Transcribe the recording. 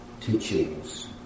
teachings